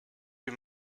you